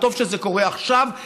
וטוב שזה קורה עכשיו,